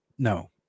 No